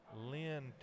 lynn